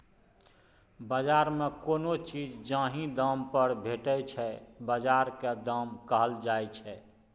बजार मे कोनो चीज जाहि दाम पर भेटै छै बजारक दाम कहल जाइ छै